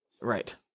Right